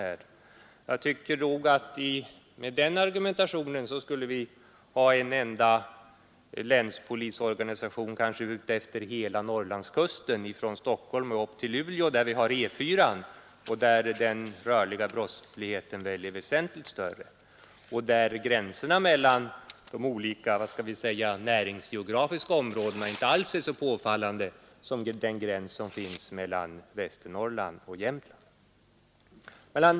Men om det är ett argument så leder det till att vi skulle ha en enda länspolisorganisation utefter hela Norrlandskusten, kanske från Stockholm till Luleå, eftersom väl den rörliga brottsligheten på E 4:an är väsentligt större än på E 75 och eftersom gränserna mellan de olika näringsgeografiska områdena inte alls är lika påfallande där som gränsen mellan Västernorrland och Jämtland.